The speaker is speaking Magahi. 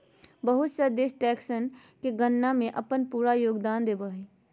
बहुत सा देश टैक्स के गणना में अपन पूरा योगदान देब हइ